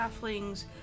halflings